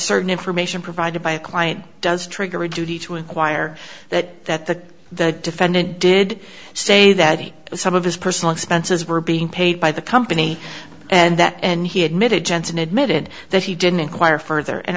certain information provided by a client does trigger a duty to inquire that the defendant did say that some of his personal expenses were being paid by the company and that and he admitted jensen admitted that he didn't inquire further and